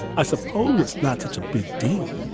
i suppose it's not such a big deal.